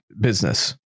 business